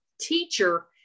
teacher